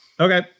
Okay